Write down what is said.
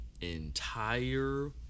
entire